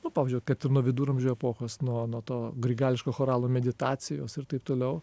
nu pavyzdžiui vat kad ir nuo viduramžių epochos nuo nuo to grigališkojo choralo meditacijos ir taip toliau